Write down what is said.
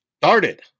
started